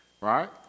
right